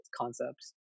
concepts